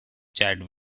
chad